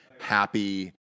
happy